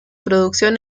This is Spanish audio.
producción